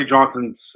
Johnson's